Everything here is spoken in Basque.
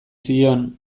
zion